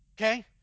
okay